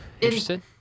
interested